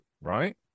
right